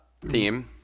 theme